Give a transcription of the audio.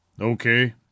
Okay